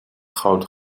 groot